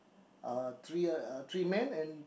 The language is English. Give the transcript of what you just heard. uh three uh three man and